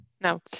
No